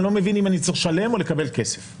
אני לא מבין אם אני צריך לשלם או לקבל כסף.